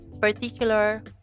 particular